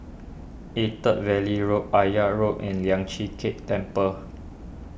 Attap Valley Road Akyab Road and Lian Chee Kek Temple